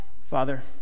Father